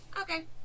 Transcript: Okay